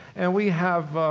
and we have,